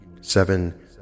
seven